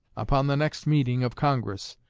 upon the next meeting of congress,